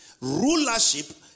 Rulership